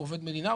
הוא עובד מדינה,